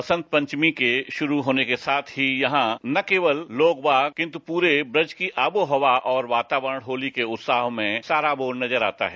बसंत पंचमी के शुरू होने के साथ ही यहां न केवल लोगबाग किन्तु पूरे ब्रज की आबोहवा और वातावरण होली के उत्साह से सराबोर नजर आता है